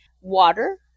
water